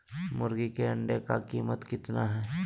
मुर्गी के अंडे का कीमत कितना है?